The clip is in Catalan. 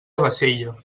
bassella